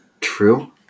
True